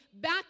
back